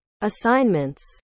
assignments